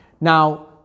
Now